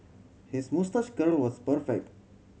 his moustache curl was perfect